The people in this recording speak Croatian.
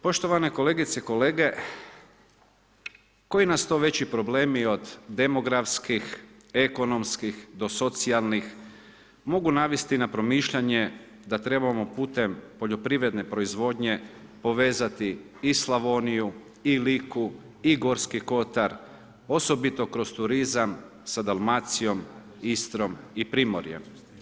Poštovane kolegice i kolege, koji nas to veći problemi od demografskih, ekonomskih do socijalnih mogu navesti na promišljanje da trebamo putem poljoprivredne proizvodnje povezati i Slavoniju i Liku i Gorski kotar, osobito kroz turizam sa Dalmacijom, Istrom i Primorjem?